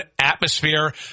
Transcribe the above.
atmosphere